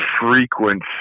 frequency